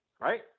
right